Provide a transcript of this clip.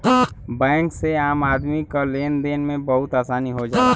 bank से आम आदमी क लेन देन में बहुत आसानी हो जाला